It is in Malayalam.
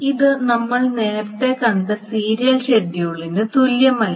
ഇത് നമ്മൾ നേരത്തെ കണ്ട സീരിയൽ ഷെഡ്യൂളിന് തുല്യമല്ല